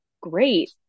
great